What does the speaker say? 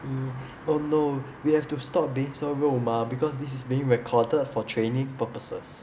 um oh no we have to stop being so 肉麻 because this is being recorded for training purposes